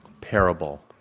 Parable